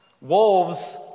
Wolves